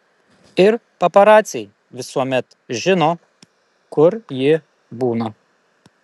ir paparaciai visuomet žino kur ji būna